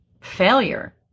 failure